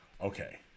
Okay